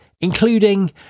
including